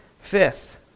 Fifth